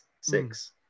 six